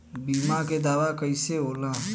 बीमा के दावा कईसे होला?